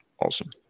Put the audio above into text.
awesome